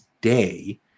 day